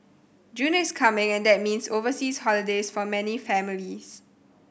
June is coming and that means overseas holidays for many families